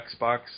Xbox